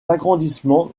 agrandissements